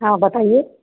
हां बताइये